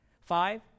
Five